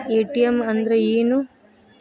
ATM ಅಂದ್ರ ಏನು?